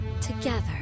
together